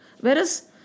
Whereas